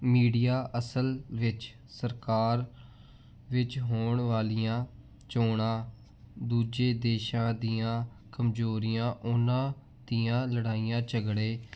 media ਅਸਲ ਵਿੱਚ ਸਰਕਾਰ ਵਿੱਚ ਹੋਣ ਵਾਲੀਆਂ ਚੋਣਾਂ ਦੂਜੇ ਦੇਸ਼ਾਂ ਦੀਆਂ ਕਮਜ਼ੋਰੀਆਂ ਉਹਨਾਂ ਦੀਆਂ ਲੜਾਈਆਂ ਝਗੜੇ